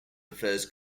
affairs